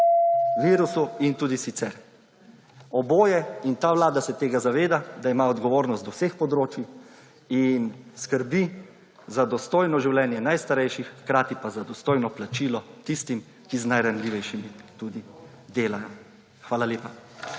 virusu in tudi sicer. Oboje in ta Vlada se tega zaveda, da ima odgovornost do vseh področij in skrbi za dostojno življenje najstarejših hkrati pa za dostojno plačilo tistim, ki z najranljivejšimi tudi dela. Hvala lepa.